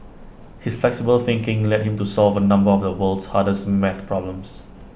his flexible thinking led him to solve A number of the world's hardest math problems